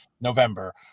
November